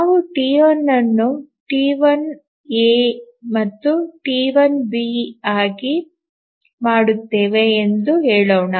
ನಾವು ಟಿ 1 ಅನ್ನು T 1 A ಮತ್ತು ಟಿ 1 ಬಿ ಆಗಿ ಮಾಡುತ್ತೇವೆ ಎಂದು ಹೇಳೋಣ